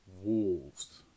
wolves